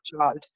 child